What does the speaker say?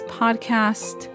podcast